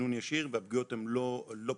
בכינון ישיר, והפגיעות הן לא פשוטות,